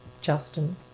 Justin